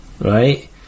Right